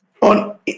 on